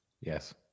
yes